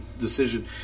decision